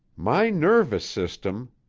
my nervous system,